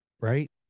Right